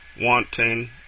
Wanting